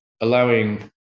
allowing